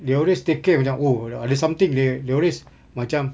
they always take care of their own or there's something they they always macam